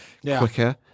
quicker